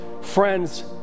Friends